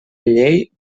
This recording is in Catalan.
llei